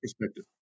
perspective